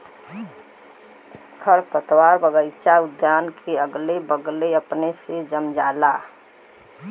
खरपतवार बगइचा उद्यान के अगले बगले अपने से जम जाला